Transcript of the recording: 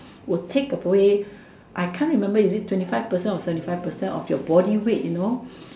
will take away I can't remember is it twenty five percent or seventy five percent of your body weight you know